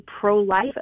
pro-life